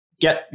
get